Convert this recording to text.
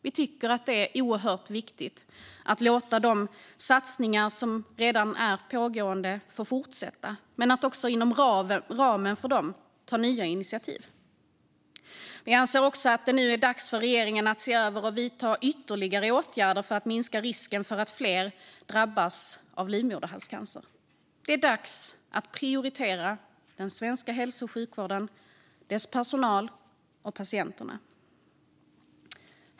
Vi tycker att det är oerhört viktigt att låta pågående satsningar fortsätta men också att inom ramen för dem ta nya initiativ. Vi anser även att det är dags för regeringen att vidta ytterligare åtgärder för att minska risken för att fler drabbas av livmoderhalscancer. Det är dags att prioritera den svenska hälso och sjukvården, dess personal och patienter.